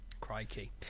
Crikey